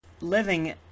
living